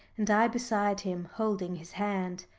and i beside him holding his hand.